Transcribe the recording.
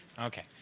okay.